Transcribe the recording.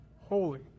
holy